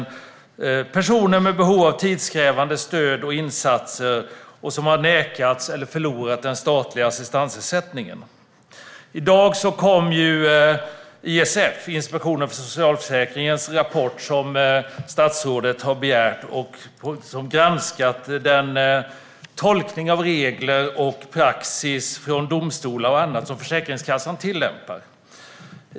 Det är personer som är i behov av tidskrävande stöd och insatser och som har nekats eller förlorat den statliga assistansersättningen. I dag kom den rapport som statsrådet har begärt från Inspektionen för socialförsäkringen, ISF, där man granskat den tolkning av regler och praxis från domstolar och annat som Försäkringskassan tillämpar.